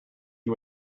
you